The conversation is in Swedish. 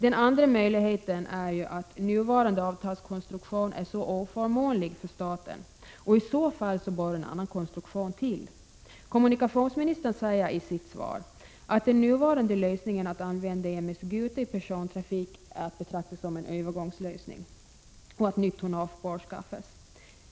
Den andra möjligheten är att nuvarande avtalskonstruktion är oförmånlig för staten, och i så fall bör en annan konstruktion till. Kommunikationsministern säger i sitt svar att den nuvarande lösningen, att använda M/S Gute i persontrafik, är att betrakta som en övergångslösning och att nytt tonnage bör anskaffas.